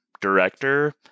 director